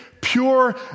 pure